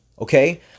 okay